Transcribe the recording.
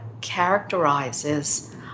characterizes